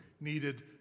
needed